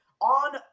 on